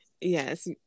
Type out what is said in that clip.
Yes